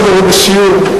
הוא בסיור.